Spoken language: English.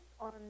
on